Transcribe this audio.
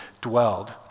dwelled